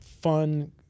fun